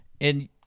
And-